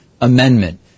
Amendment